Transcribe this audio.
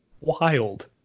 wild